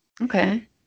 Okay